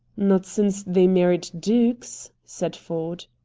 not since they married dukes, said ford.